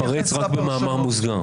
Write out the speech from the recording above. נתפרץ רק במאמר מוסגר.